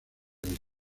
isla